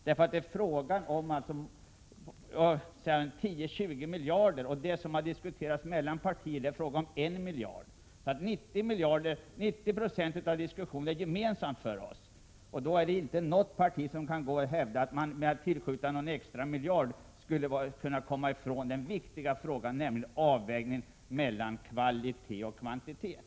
Att behålla dagens organisation kräver 20 miljarder kronor i extra tillskott åren 1992—1997. Då kan inte något parti hävda att man genom att tillskjuta någon extra miljard skulle kunna komma ifrån den viktiga frågan om avvägningen mellan kvalitet och kvantitet.